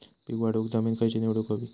पीक वाढवूक जमीन खैची निवडुक हवी?